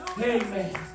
amen